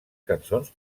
cançons